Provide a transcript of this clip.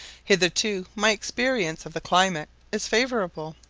hitherto my experience of the climate is favourable.